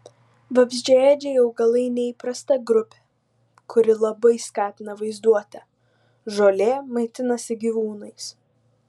vabzdžiaėdžiai augalai neįprasta grupė kuri labai skatina vaizduotę žolė maitinasi gyvūnais